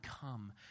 come